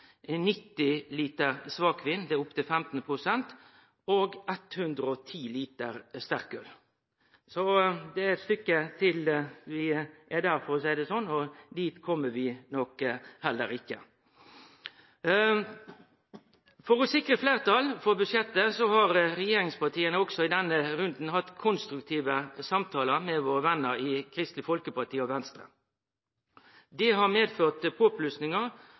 90 liter svakvin – det er opp til 15 pst. – og 110 liter sterkøl. Det er eit stykke til vi er der, for å seie det sånn, og dit kjem vi nok heller ikkje. For å sikre fleirtal for budsjettet har regjeringspartia også i denne runden hatt konstruktive samtalar med våre vener i Kristeleg Folkeparti og Venstre. Det har medført påplussingar